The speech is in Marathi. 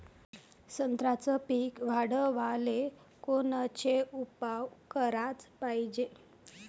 संत्र्याचं पीक वाढवाले कोनचे उपाव कराच पायजे?